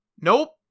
Nope